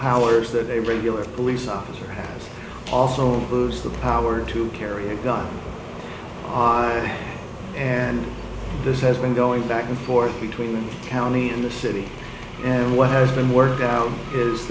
powers that a regular police officer also lose the power to carry a gun on and this has been going back and forth between county and the city and what has been worked out is